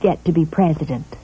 get to be president